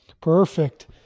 Perfect